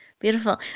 Beautiful